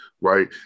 Right